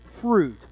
fruit